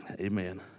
Amen